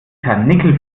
karnickel